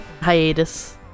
hiatus